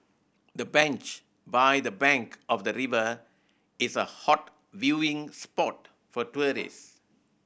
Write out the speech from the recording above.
the bench by the bank of the river is a hot viewing spot for tourists